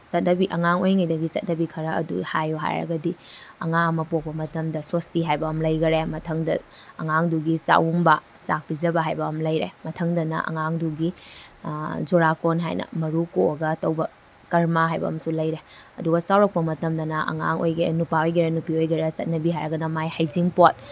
ꯆꯠꯅꯕꯤ ꯑꯉꯥꯡ ꯑꯣꯏꯔꯤꯉꯩꯗꯒꯤ ꯆꯠꯅꯔꯤ ꯈꯔ ꯑꯗꯨ ꯍꯥꯏꯌꯨ ꯍꯥꯏꯔꯒꯗꯤ ꯑꯉꯥꯡ ꯑꯃ ꯄꯣꯛꯄ ꯃꯇꯝꯗ ꯁꯣꯁꯇꯤ ꯍꯥꯏꯕ ꯑꯃ ꯂꯩꯈꯔꯦ ꯃꯊꯪꯗ ꯑꯉꯥꯡꯗꯨꯒꯤ ꯆꯥꯛꯎꯝꯕ ꯆꯥꯛ ꯄꯤꯖꯕ ꯍꯥꯏꯕ ꯑꯃ ꯂꯩꯔꯦ ꯃꯊꯪꯗꯅ ꯑꯉꯥꯡꯗꯨꯒꯤ ꯆꯨꯔꯥꯀꯣꯔꯣꯟ ꯍꯥꯏꯅ ꯃꯔꯨ ꯀꯣꯑꯒ ꯇꯧꯕ ꯀꯔꯃ ꯍꯥꯏꯕ ꯑꯃꯁꯨ ꯂꯩꯔꯦ ꯑꯗꯨꯒ ꯆꯥꯎꯔꯛꯄ ꯃꯇꯝꯗꯅ ꯑꯉꯥꯡ ꯅꯨꯄꯥ ꯑꯣꯏꯒꯦꯔꯥ ꯅꯨꯄꯤ ꯑꯣꯏꯒꯦꯔꯥ ꯆꯠꯅꯕꯤ ꯍꯥꯏꯔꯒꯅ ꯃꯥꯒꯤ ꯍꯩꯖꯤꯡꯄꯣꯠ